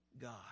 God